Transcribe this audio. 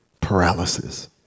paralysis